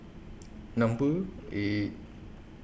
Number eight